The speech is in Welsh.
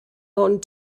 ond